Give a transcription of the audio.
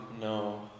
No